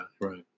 Right